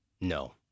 No